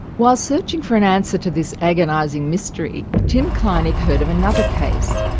whilst searching for an answer to this agonising mystery tim kleinig heard of another case,